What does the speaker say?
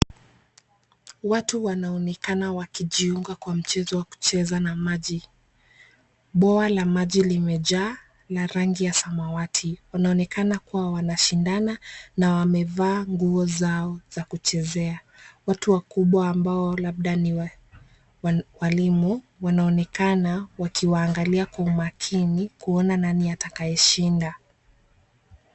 Watu wanaonekana wakijiunga kwa mchezo wa kucheza na maji. Bwawa la maji limejaa na rangi ya samawati. Wanaonekana kuwa wanashindana na wamevaa nguo zao za kuchezea. Watu wakubwa ambao labda ni walimu wanaonekana wakiwaangalia kwa makini, kuona nani atakayeshinda.